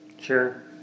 Sure